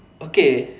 okay